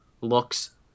looks